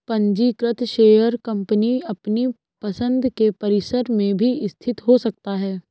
पंजीकृत share company अपनी पसंद के परिसर में भी स्थित हो सकता है